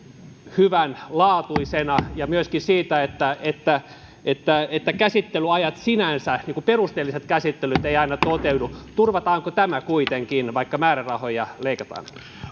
hyvänlaatuisena ja myöskin siitä että että käsittelyajat sinänsä perusteelliset käsittelyt eivät aina toteudu turvataanko tämä kuitenkin vaikka määrärahoja leikataan